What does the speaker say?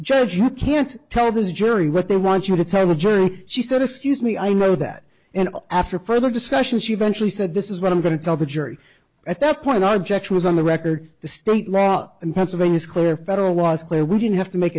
judge you can't tell this jury what they want you to tell the jury she said excuse me i know that and after further discussion she eventually said this is what i'm going to tell the jury at that point object was on the record the state law and pennsylvania's clear federal law is clear when you have to make